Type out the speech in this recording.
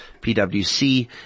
PwC